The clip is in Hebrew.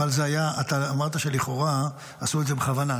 אבל אתה אמרת שלכאורה עשו את זה בכוונה.